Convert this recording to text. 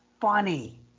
funny